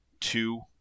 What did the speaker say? two